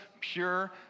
pure